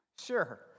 Sure